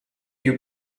più